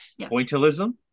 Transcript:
Pointillism